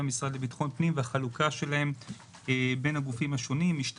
המשרד לביטחון פנים והחלוקה שלהם בין הגופים השונים: משטרה,